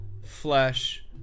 flesh